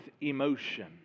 emotion